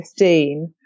2015